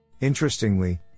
Interestingly